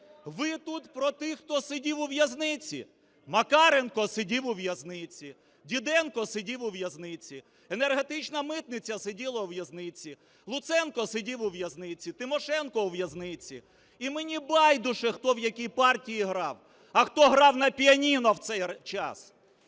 Ви тут про тих, хто сидів у в'язниці? Макаренко сидів у в'язниці, Діденко сидів у в'язниці, енергетична митниця сиділа у в'язниці, Луценко сидів у в'язниці, Тимошенко – у в'язниці. І мені байдуже, хто в якій партії грав, а хто грав на піаніно в цей час.